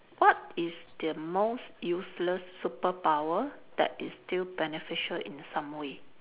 what is the most useless superpower that is still beneficial in some way